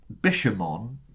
Bishamon